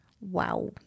Wow